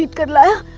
gorilla.